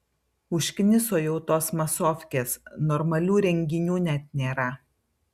užkniso jau tos masofkės normalių renginių net nėra